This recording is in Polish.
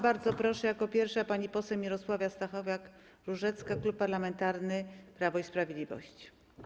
Bardzo proszę, jako pierwsza pani poseł Mirosława Stachowiak-Różecka, Klub Parlamentarny Prawo i Sprawiedliwość.